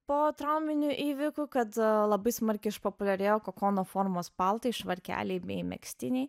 po trauminių įvykių kad labai smarkiai išpopuliarėjo kokono formos paltai švarkeliai bei megztiniai